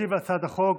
ישיב על הצעת החוק